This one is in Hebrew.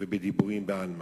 ובדיבורים בעלמא.